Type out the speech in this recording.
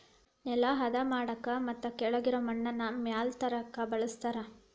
ನೆಲಾ ಹದಾ ಮಾಡಾಕ ಮತ್ತ ಕೆಳಗಿರು ಮಣ್ಣನ್ನ ಮ್ಯಾಲ ತರಾಕ ಬಳಸ್ತಾರ